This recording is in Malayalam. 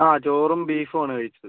ആ ചോറും ബീഫും ആണ് കഴിച്ചത്